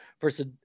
versus